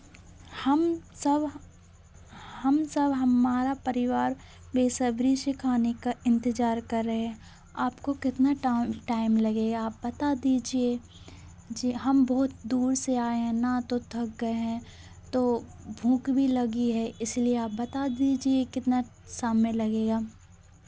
हम सब हम सब हमारा परिवार बेसब्री से खाने का इंतज़ार कर रहे हैं आपको कितना टाइम लगेगा आप बता दीजिए जी हम बहुत दूर से आए हैं ना तो थक गए हैं तो भूख भी लगी है इसलिए आप बता दीजिए कितना समय लगेगा